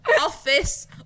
Office